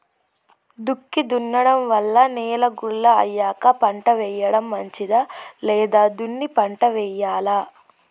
దుక్కి దున్నడం వల్ల నేల గుల్ల అయ్యాక పంట వేయడం మంచిదా లేదా దున్ని పంట వెయ్యాలా?